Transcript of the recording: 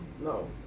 No